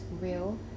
real